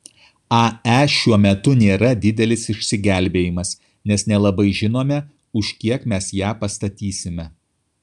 ae šiuo metu nėra didelis išsigelbėjimas nes nelabai žinome už kiek mes ją pastatysime